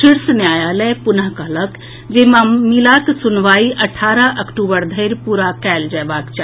शीर्ष न्यायालय पुनः कहलक जे मामिलाक सुनवाई अठारह अक्टूबर धरि पूरा कएल जएबाक अछि